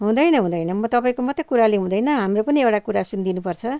हुँदैन हुँदैन म तपाईँको मात्रै कुराले हुँदैन हाम्रो पनि एउटा कुरा सुनिदिनु पर्छ